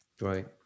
Right